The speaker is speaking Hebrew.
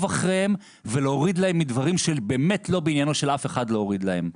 אחריהם ולהוריד להם מדברים שהם באמת לא מעניינו של אף אחד להוריד להם.